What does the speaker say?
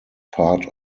part